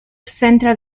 central